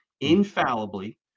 infallibly